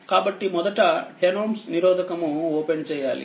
కాబట్టిమొదట 10Ωనిరోధకము ఓపెన్చెయ్యాలి